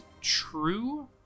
true